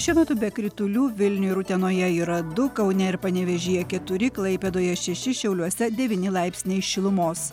šiuo metu be kritulių vilniuje ir utenoje yra du kaune ir panevėžyje keturi klaipėdoje šeši šiauliuose devyni laipsniai šilumos